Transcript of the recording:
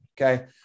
Okay